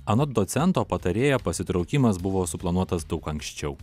anot docento patarėjo pasitraukimas buvo suplanuotas daug anksčiau